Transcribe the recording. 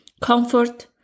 Comfort